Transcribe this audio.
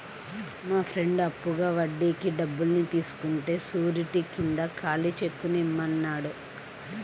మా ఫ్రెండు అప్పుగా వడ్డీకి డబ్బుల్ని తీసుకుంటే శూరిటీ కింద ఖాళీ చెక్కుని ఇమ్మన్నాడు